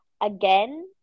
again